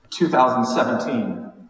2017